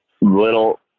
little